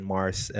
Mars